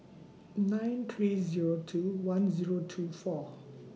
nine three Zero two one Zero two four